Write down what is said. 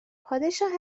پادشاه